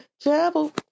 Travel